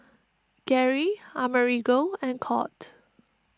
Garey Amerigo and Colt